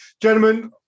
gentlemen